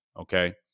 okay